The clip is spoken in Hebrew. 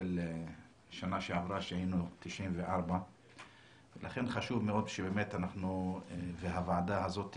של שנה שעברה שהיינו 94. לכן חשוב מאוד שהוועדה הזאת,